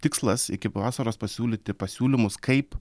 tikslas iki vasaros pasiūlyti pasiūlymus kaip